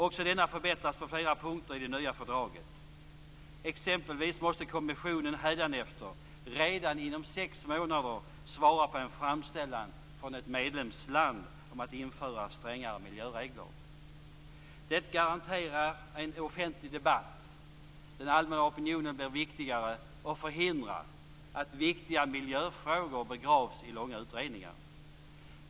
Också denna förbättras på flera punkter i det nya fördraget. Exempelvis måste kommissionen hädanefter redan inom sex månader svara på en framställan från ett medlemsland om att införa strängare miljöregler. Det garanterar en offentlig debatt. Den allmänna opinionen blir viktigare, och detta förhindrar också att viktiga miljöfrågor begravs i långa utredningar.